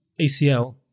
ACL